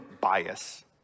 Bias